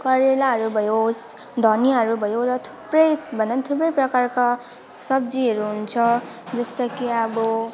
करेलाहरू भयो धनियाँहरू भयो र थुप्रै भन्दा पनि थुप्रै प्रकारका सब्जीहरू हुन्छ जस्तै कि अब